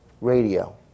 radio